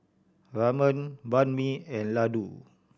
Ramen Banh Mi and Ladoo